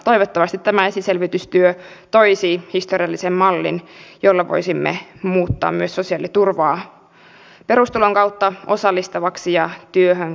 toivottavasti tämä esiselvitystyö toisi historiallisen mallin jolla voisimme muuttaa myös sosiaaliturvaa perustulon kautta osallistavaksi ja työhön kannustavaksi